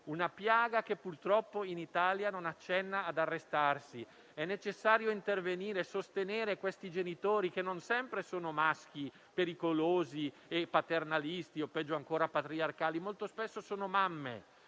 una piaga che purtroppo in Italia non accenna ad arrestarsi. È necessario intervenire e sostenere questi genitori, che non sempre sono maschi pericolosi e paternalisti o - peggio ancora - patriarcali, ma molto spesso sono mamme,